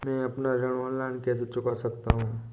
मैं अपना ऋण ऑनलाइन कैसे चुका सकता हूँ?